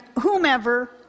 whomever